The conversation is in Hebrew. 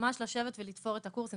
ממש לשבת ולתפור את הקורסים.